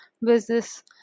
Business